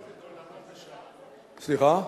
לקנות עולמו בשעה.